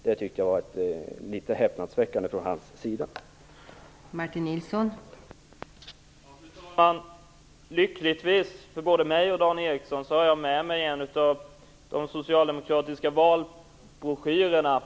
Jag tycker att denna hans inställning är häpnadsväckande.